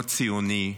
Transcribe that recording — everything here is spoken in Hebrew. לא ציוני,